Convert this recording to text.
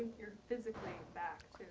you're physically back